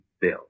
Bill